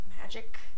magic